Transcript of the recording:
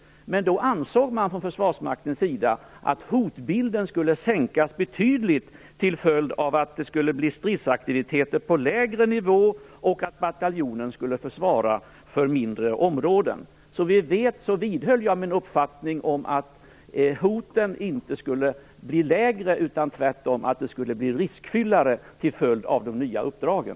Men då ansåg man från Försvarsmaktens sida att hotbilden skulle sänkas betydligt till följd av att det skulle bli stridsaktiviteter på lägre nivå och att bataljonen skulle svara för mindre områden. Som vi vet vidhöll jag min uppfattning att hoten inte skulle bli mindre, utan att det tvärtom skulle blir mer riskfyllt till följd av de nya uppdragen.